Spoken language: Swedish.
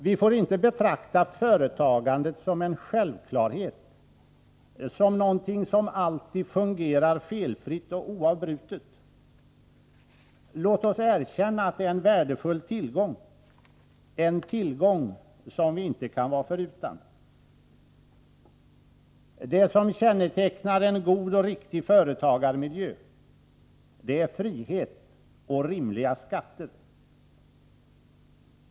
Vi får inte betrakta företagandet som en självklarhet, som någonting som alltid fungerar felfritt och oavbrutet. Låt oss erkänna att det är en värdefull tillgång — en tillgång som vi inte kan vara förutan. Det som kännetecknar en god och riktig företagarmiljö är frihet och rimliga skatter.